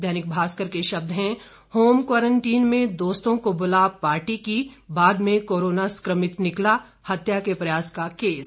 दैनिक भास्कर के शब्द हैं होम क्वारंटीइन में दोस्तों को बुला पार्टी की बाद में कोरोना संक्रमित निकला हत्या के प्रयास का केस